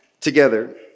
together